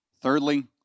Thirdly